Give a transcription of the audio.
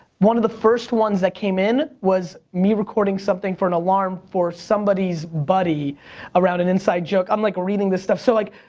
one of the first ones that came in was me recording something for an alarm for somebody's buddy around an inside joke, i'm like reading this stuff, so like,